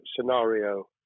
scenario